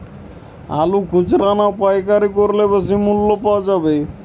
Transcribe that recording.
আলু খুচরা না পাইকারি করলে বেশি মূল্য পাওয়া যাবে?